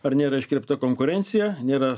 ar nėra iškreipta konkurencija nėra